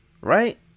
Right